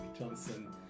Johnson